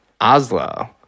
Oslo